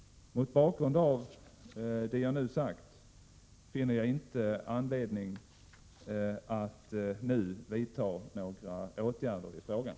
Mot bakgrund av det jag nu sagt finner jag ingen anledning att nu vidta några åtgärder i frågan.